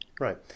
right